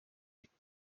liegt